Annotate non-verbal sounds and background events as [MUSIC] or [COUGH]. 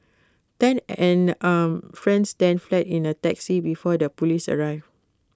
Tan and [UNINTELLIGIBLE] friends then fled in A taxi before the Police arrived